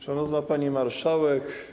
Szanowna Pani Marszałek!